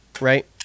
Right